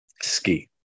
Ski